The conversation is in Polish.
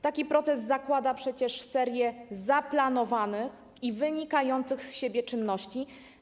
Taki proces zakłada przecież serię zaplanowanych i wynikających z siebie czynności.